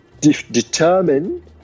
determine